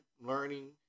learning